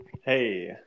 Hey